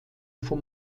vom